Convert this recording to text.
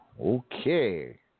Okay